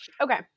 Okay